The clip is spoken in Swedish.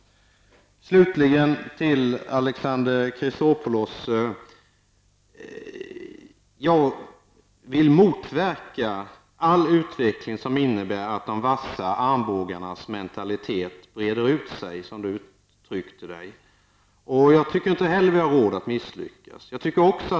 Slutligen vill jag säga till Alexander Chrisopoulos att jag vill motverka all utveckling som innebär att de vassa armbågarnas mentalitet breder ut sig, som Alexander Chrisopoulos uttryckte sig. Jag tycker inte heller att vi har råd att misslyckas.